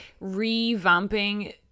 Revamping